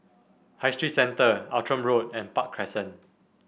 High Street Centre Outram Road and Park Crescent